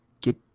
get